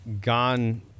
gone